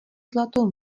zlatou